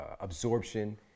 absorption